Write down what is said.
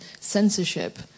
censorship